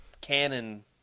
canon